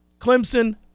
Clemson